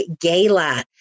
gala